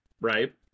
right